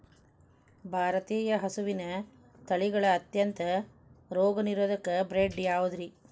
ಭಾರತೇಯ ಹಸುವಿನ ತಳಿಗಳ ಅತ್ಯಂತ ರೋಗನಿರೋಧಕ ಬ್ರೇಡ್ ಯಾವುದ್ರಿ?